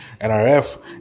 nrf